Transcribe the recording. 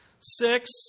Six